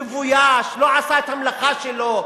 מבויש, לא עשה את המלאכה שלו,